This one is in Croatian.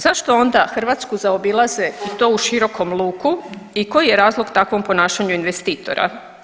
Zašto onda Hrvatsku zaobilaze i to u širokom luku i koji je razlog takvom ponašanju investitora?